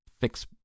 fix